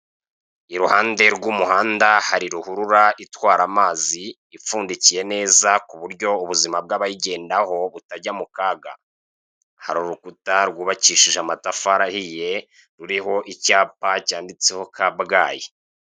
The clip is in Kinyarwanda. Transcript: I ruhande rw'umuhanda hari rukurura itwara amazi ipfundikiye neza ku buryo ubuzima bw'abayigendaho butajya mu kaga. Hari urukuta rwubakishije amatafari ahiye rwanditseho ka Kabgayi.